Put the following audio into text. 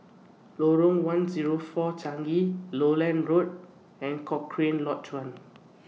Lorong one Zero four Changi Lowland Road and Cochrane Lodge one